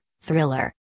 Thriller